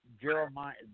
Jeremiah